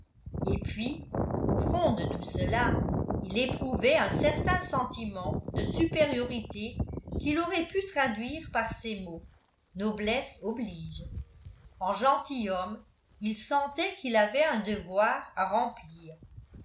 et puis au fond de tout cela il éprouvait un certain sentiment de supériorité qu'il aurait pu traduire par ces mots noblesse oblige en gentilhomme il sentait qu'il avait un devoir à remplir